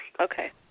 Okay